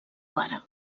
pare